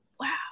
wow